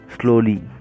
slowly